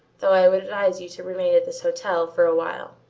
though i should advise you to remain at this hotel for a while.